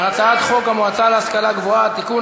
הצעת חוק המועצה להשכלה גבוהה (תיקון,